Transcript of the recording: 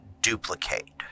duplicate